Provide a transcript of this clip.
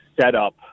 setup